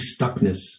stuckness